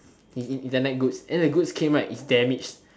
it~ it's a night goods then his goods came right it's damaged